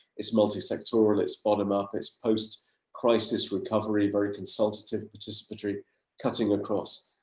it's multi sectoral, it's bottom up, it's post crisis recovery, very consultative, participatory cutting across.